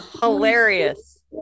hilarious